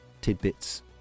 tidbits